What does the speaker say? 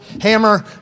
Hammer